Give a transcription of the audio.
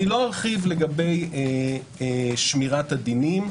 לא ארחיב על שמירת הדינים,